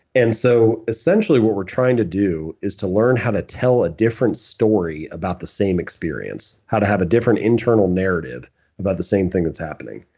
and so essentially, what we're trying to do is to learn to tell a different story about the same experience how to have a different internal narrative about the same thing that's happening.